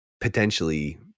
potentially